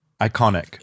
Iconic